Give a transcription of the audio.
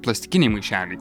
plastikiai maišeliai